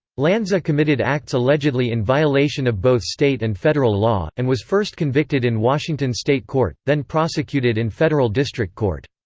lanza committed acts allegedly in violation of both state and federal law, and was first convicted in washington state court, then prosecuted in federal district court.